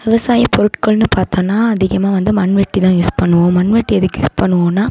விவசாயப் பொருட்கள்னு பார்த்தோன்னா அதிகமாக வந்து மண்வெட்டிதான் யூஸ் பண்ணுவோம் மண்வெட்டி எதுக்கு யூஸ் பண்ணுவோன்னால்